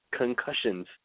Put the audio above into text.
Concussions